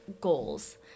goals